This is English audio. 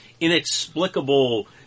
inexplicable